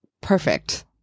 perfect